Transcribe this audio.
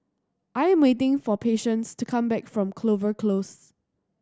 I am waiting for Patience to come back from Clover Close